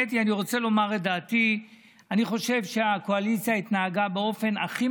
אני חושב שהקואליציה התנהגה באופן הכי